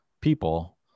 people